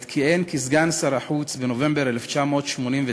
עת כיהן כסגן שר החוץ, בנובמבר 1989,